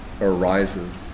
arises